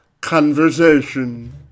conversation